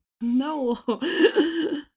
No